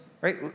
right